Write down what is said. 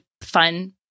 fun